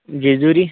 Jejuri